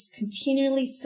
continually